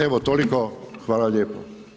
Evo toliko, hvala lijepo.